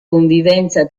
convivenza